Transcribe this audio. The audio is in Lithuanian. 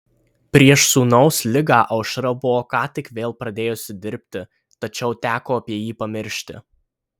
prieš sūnaus ligą aušra buvo ką tik vėl pradėjusi dirbti tačiau teko apie jį pamiršti